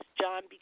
John